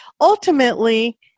ultimately